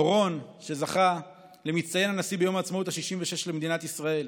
אורון זכה למצטיין הנשיא ביום העצמאות ה-66 למדינת ישראל.